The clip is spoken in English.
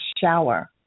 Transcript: shower